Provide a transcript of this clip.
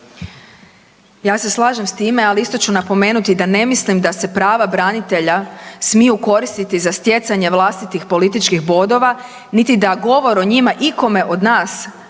Ja se slažem s time, ali isto ću napomenuti da ne mislim da se prava branitelja smiju koristiti za stjecanje vlastitih političkih bodova, niti da govor o njima ikome od nas apriori